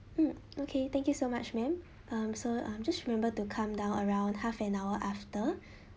mm okay thank you so much ma'am um so um just remember to come down around half an hour after